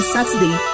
Saturday